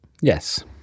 yes